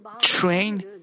train